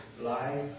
life